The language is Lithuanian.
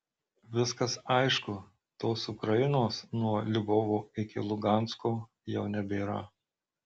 viskas aišku tos ukrainos nuo lvovo iki lugansko jau nebėra